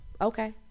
Okay